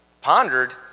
pondered